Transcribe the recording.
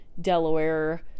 Delaware